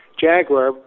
Jaguar